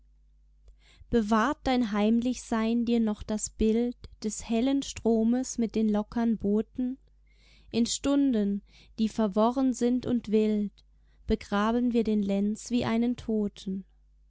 bewahrt dein heimlichsein dir noch das bild des hellen stromes mit den lockern booten in stunden die verworren sind und wild begraben wir den lenz wie einen toten